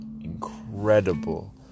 incredible